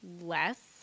less